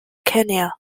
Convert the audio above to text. kenya